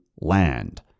land